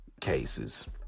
cases